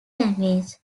language